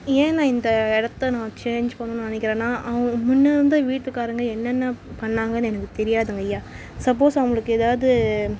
ஏன் நான் இந்த இடத்த நான் சேஞ்ச் பண்ணணுன்னு நினைக்கிறேன்னா அவங்க முன்னே இருந்த வீட்டுக்காரங்க என்னென்ன பண்ணிணாங்கன்னு எனக்கு தெரியாதுங்க ஐயா சப்போஸ் அவங்களுக்கு எதாவது